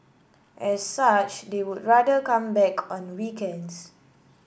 as such they would rather come back on weekends